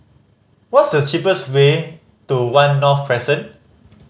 what's the cheapest way to One North Crescent